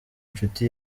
nshuti